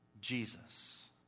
Jesus